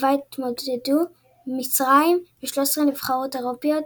ובה התמודדו מצרים ו-13 נבחרות אירופיות,